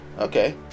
okay